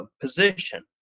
position